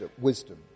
wisdom